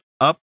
up